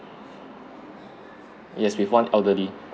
yes with one elderly